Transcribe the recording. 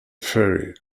ferry